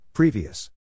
Previous